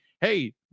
hey